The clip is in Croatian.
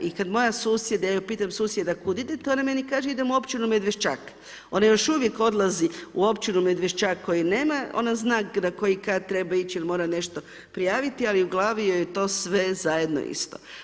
I kada moja susjeda, ja pitam susjeda kuda idete, ona meni kaže, idem u općinu Medvešćak, ona još uvijek odlazi u općinu Medvešćak kojeg nema, ona zna na koji kat mora ići, jer mora nešto prijaviti, ali u glavi joj je to sve zajedno isto.